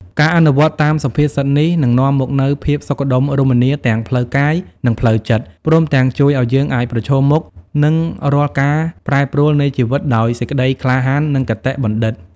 ការអនុវត្តតាមសុភាសិតនេះ នឹងនាំមកនូវភាពសុខដុមរមនាទាំងផ្លូវកាយ និងផ្លូវចិត្ត ព្រមទាំងជួយឱ្យយើងអាចប្រឈមមុខនឹងរាល់ការប្រែប្រួលនៃជីវិតដោយសេចក្តីក្លាហាន និងគតិបណ្ឌិត។